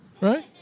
right